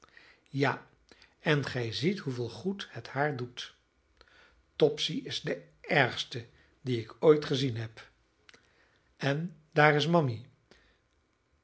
ja en gij ziet hoeveel goed het haar doet topsy is de ergste die ik ooit gezien heb en daar is mammy